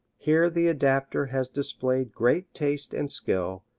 here the adapter has displayed great taste and skill,